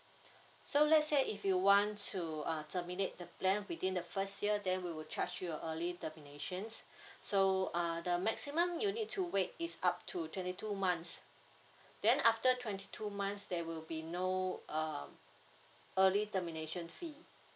so let's say if you want to uh terminate the plan within the first year then we will charge you a early terminations so uh the maximum you need to wait is up to twenty two months then after twenty two months there will be no um early termination fee